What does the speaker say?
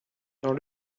dans